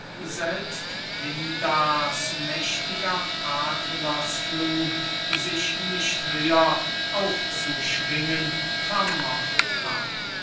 selbst pindars mächtiger adlersflug sich nicht höher aufzuschwingen vermocht hat